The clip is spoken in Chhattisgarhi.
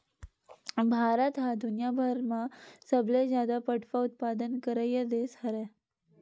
भारत ह दुनियाभर म सबले जादा पटवा उत्पादन करइया देस हरय